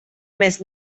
més